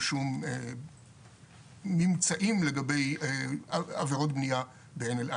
שום ממצאים לגבי עבירות בנייה בעין אל אסד.